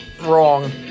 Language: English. wrong